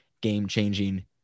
game-changing